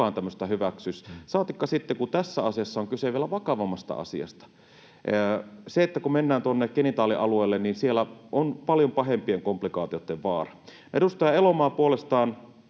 ei kukaan tämmöistä hyväksyisi, saatikka, kun tässä asiassa on kyse vielä vakavammasta asiasta: kun mennään tuonne genitaalialueelle, on siellä paljon pahempien komplikaatioitten vaara. Edustaja Elomaa puolestaan